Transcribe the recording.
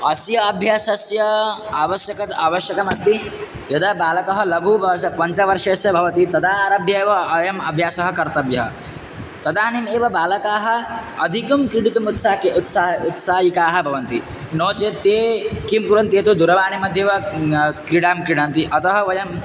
अस्य अभ्यासस्य आवश्यकत् आवश्यकमस्ति यदा बालकः लघुवर्षे पञ्चवर्षस्य भवति तदा आरभ्य एव अयम् अभ्यासः कर्तव्यः तदानीमेव बालकाः अधिकं क्रीडितुम् उत्साहः उत्साहः उत्साहिकाः भवन्ति नो चेत् ते किं कुर्वन्ति यत् दूरवाणीमध्येव क्रीडां क्रीडन्ति अतः वयं